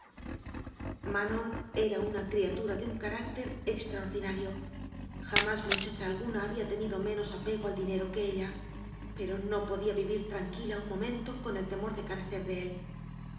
manon era una criatura de un carácter extra ordinario jamás muchacha alguna había tenido menos apego al dinero que ella pero no podía vi vir tranquila un momento con el temor de carecer de él